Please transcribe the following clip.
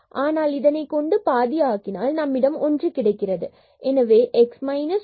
ஆனால் இதைக்கொண்டு பாதி ஆக்கினால் நம்மிடம் ஒன்று கிடைக்கிறது எனவே பின்பு x 1 x y 1